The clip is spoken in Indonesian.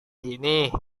ini